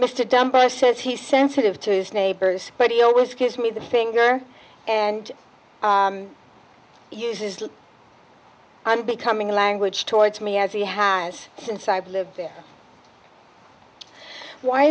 mr dunbar says he's sensitive to his neighbors but he always gives me the finger and uses that i'm becoming language towards me as he has since i've lived there why